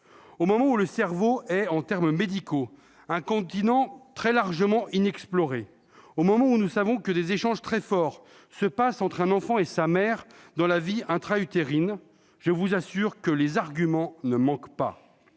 Au moment où le cerveau est, en termes médicaux, un continent encore très largement inexploré, au moment où nous savons que des échanges très forts se produisent entre un enfant et sa mère au cours de la vie intra-utérine, je vous assure que les arguments ne manquent pas.